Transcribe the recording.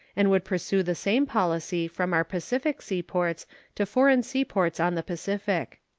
and would pursue the same policy from our pacific seaports to foreign seaports on the pacific.